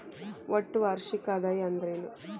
ಒಟ್ಟ ವಾರ್ಷಿಕ ಆದಾಯ ಅಂದ್ರೆನ?